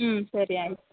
ಹ್ಞೂ ಸರಿ ಆಯಿತು